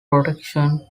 protection